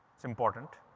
it's important.